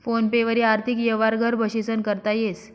phone पे वरी आर्थिक यवहार घर बशीसन करता येस